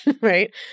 Right